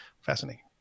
fascinating